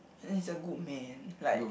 and he's a good man like